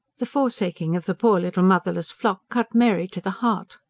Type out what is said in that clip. the forsaking of the poor little motherless flock cut mary to the heart.